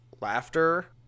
laughter